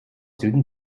süden